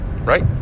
Right